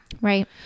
Right